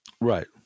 Right